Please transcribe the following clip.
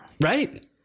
Right